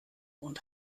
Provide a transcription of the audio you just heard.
und